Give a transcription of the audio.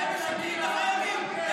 אתם משקרים לחיילים.